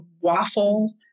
waffle